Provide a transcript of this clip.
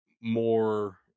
more